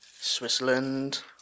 Switzerland